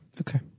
Okay